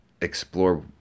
explore